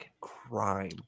crime